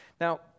Now